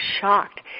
shocked